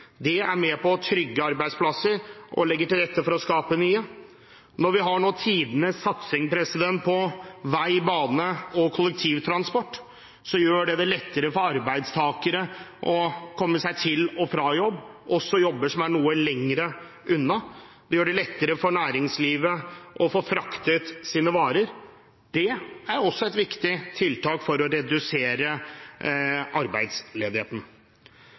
Det er med på å trygge arbeidsplasser og legger til rette for å skape nye. Når vi nå har tidenes satsing på vei, bane og kollektivtransport, gjør det det lettere for arbeidstakere å komme seg til og fra jobb, også jobber som er noe lenger unna. Det gjør det lettere for næringslivet å få fraktet sine varer. Det er også et viktig tiltak for å redusere arbeidsledigheten.